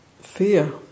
fear